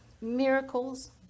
miracles